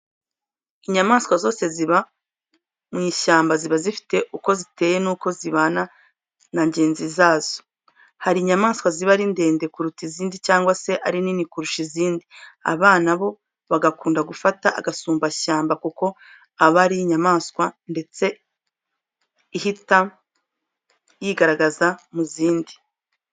Inyamaswa zose ziba mu ishyamba ziba zifite uko ziteye nuko zibana na zigenzi zazo. Hari inyamaswa ziba ari ndende kuruta izindi cyangwa se ari nini kurusha izindi. Abana bo bagakunda gufata agasumbashyamba kuko aba ari inyamaswa ndende ihita yigaragaza mu zindi.